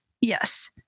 Yes